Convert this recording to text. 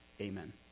amen